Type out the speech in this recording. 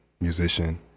musician